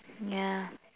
yeah